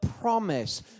promise